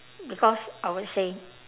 because I would say